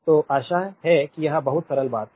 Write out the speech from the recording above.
तो आशा है कि यह बहुत सरल बात है